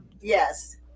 Yes